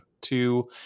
two